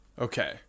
okay